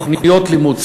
תוכניות לימוד,